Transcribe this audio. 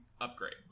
upgrade